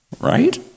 Right